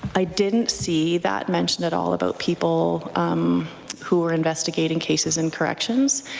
i didn't see that mention at all about people who were investigating cases in corrections.